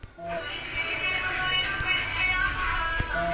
गैर बैंकिंग वित्तीय सेवाएं से हमके एक हज़ार रुपया क मासिक ऋण मिल सकेला?